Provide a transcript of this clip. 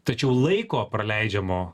tačiau laiko praleidžiamo